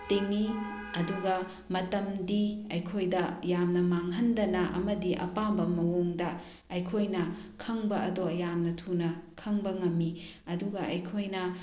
ꯇꯤꯡꯉꯤ ꯑꯗꯨꯒ ꯃꯇꯝꯗꯤ ꯑꯩꯈꯣꯏꯗ ꯌꯥꯝꯅ ꯃꯥꯡꯍꯟꯗꯅ ꯑꯃꯗꯤ ꯑꯄꯥꯝꯕ ꯃꯑꯣꯡꯗ ꯑꯩꯈꯣꯏꯅ ꯈꯪꯕ ꯑꯗꯣ ꯌꯥꯝꯅ ꯊꯨꯅ ꯈꯪꯕ ꯉꯝꯃꯤ ꯑꯗꯨꯒ ꯑꯩꯈꯣꯏꯅ